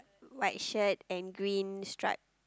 white shirt and green stripe